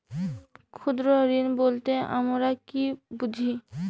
ক্ষুদ্র ঋণ বলতে আমরা কি বুঝি?